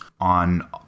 on